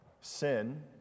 Sin